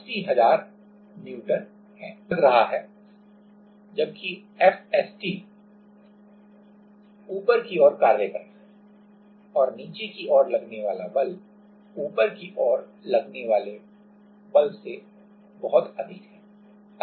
तो Fw सतह तनाव से बहुत अधिक है Fw नीचे की ओर कार्य कर रहा है जबकि Fst ऊपर की ओर कार्य कर रहा है और नीचे की ओर लगने वाला बल ऊपर की ओर लगने वाला बल से बहुत अधिक है